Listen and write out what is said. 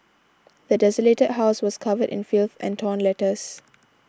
the desolated house was covered in filth and torn letters